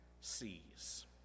sees